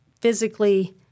physically